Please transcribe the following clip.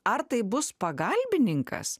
ar tai bus pagalbininkas